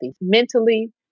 mentally